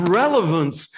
relevance